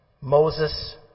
Moses